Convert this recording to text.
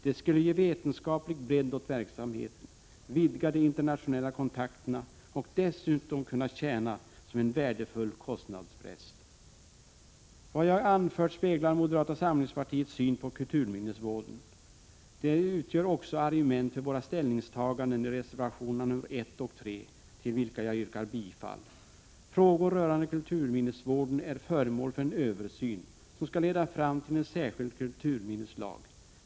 Det skulle ge vetenskaplig bredd åt verksamheten, vidga de internationella kontakterna och dessutom kunna tjäna som en värdefull kostnadspress. Vad jag anfört speglar moderata samlingspartiets syn på kulturminnesvården. Det utgör också argument för våra ställningstaganden i reservationerna nr 1 och 3, till vilka jag yrkar bifall. Frågor rörande kulturminnesvården är föremål för en översyn som skall leda fram till en särskild kulturminneslag.